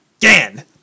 Again